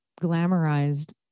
glamorized